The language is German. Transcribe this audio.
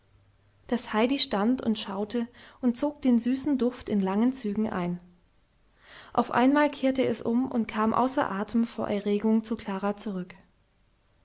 das heidi stand und schaute und zog den süßen duft in langen zügen ein auf einmal kehrte es um und kam außer atem vor erregung zu klara zurück